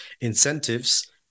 incentives